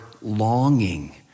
longing